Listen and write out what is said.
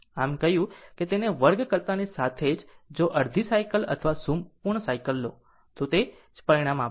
આમ કહ્યું કે તેને વર્ગ કરતાની સાથે જ જો અડધી સાયકલ અથવા સંપૂર્ણ સાયકલ લો તો તે તે જ પરિણામ આપશે